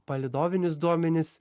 palydovinius duomenis